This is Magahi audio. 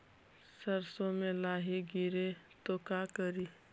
सरसो मे लाहि गिरे तो का करि?